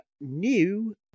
new